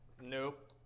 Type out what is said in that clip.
Nope